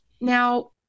Now